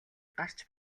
гарч